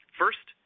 first